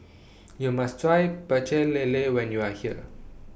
YOU must Try Pecel Lele when YOU Are here